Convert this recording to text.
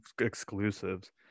exclusives